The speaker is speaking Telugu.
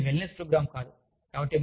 కానీ ఇది వెల్నెస్ ప్రోగ్రాం కాదు